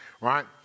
right